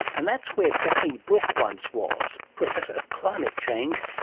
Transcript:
and that's where barry brook once was, professor of climate change,